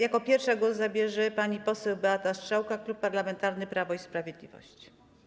Jako pierwsza głos zabierze pani poseł Beata Strzałka, Klub Parlamentarny Prawo i Sprawiedliwość.